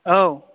औ